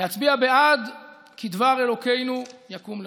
להצביע בעד כי דבר אלוקינו יקום לעולם,